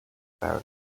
about